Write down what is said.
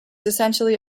essentially